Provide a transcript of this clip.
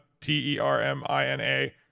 t-e-r-m-i-n-a